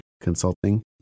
Consulting